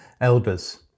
elders